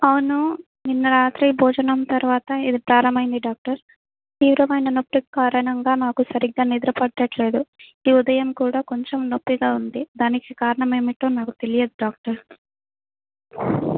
అవును నిన్న రాత్రి భోజనం తర్వాత ఇది ప్రారంభమైంది డాక్టర్ తీవ్రమైన నొప్పి కారణంగా నాకు సరిగ్గా నిద్రపట్టట్లేదు ఈ ఉదయం కూడా కొంచెం నొప్పిగా ఉంది దానికి కారణ ఏమిటో నాకు తెలియదు డాక్టర్